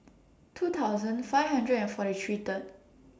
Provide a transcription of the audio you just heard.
two thousand five hundred and forty three The